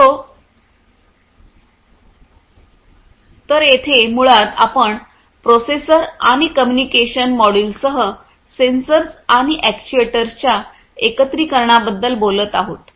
तर येथे मुळात आपण प्रोसेसर आणि कम्युनिकेशन मॉड्यूलसह सेन्सर्स आणि ऍक्ट्युएटर्सच्या एकत्रिकरणाबद्दल बोलत आहोत